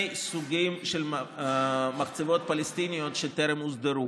סוגים של מחצבות פלסטיניות שטרם הוסדרו,